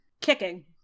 Kicking